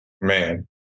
man